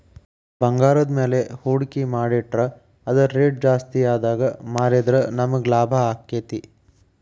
ಭಂಗಾರದ್ಮ್ಯಾಲೆ ಹೂಡ್ಕಿ ಮಾಡಿಟ್ರ ಅದರ್ ರೆಟ್ ಜಾಸ್ತಿಆದಾಗ್ ಮಾರಿದ್ರ ನಮಗ್ ಲಾಭಾಕ್ತೇತಿ